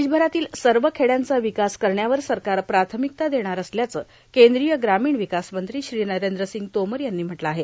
देशभरातील सर्व खेडयांचा विकास करण्यावर सरकार प्राथमिकता देणार असल्याचं केंद्रीय ग्रामीण विकास मंत्री श्री नरेंद्र सिंग तोमर यांनी म्हटलं आहे